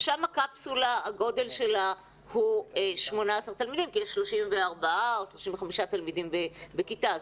שם גודל הקפסולה הוא 18 תלמידים כי יש 34 או 35 תלמידים בכיתה.